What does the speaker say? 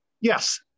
Yes